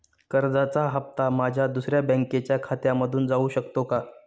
कर्जाचा हप्ता माझ्या दुसऱ्या बँकेच्या खात्यामधून जाऊ शकतो का?